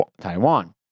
Taiwan